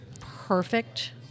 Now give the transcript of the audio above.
perfect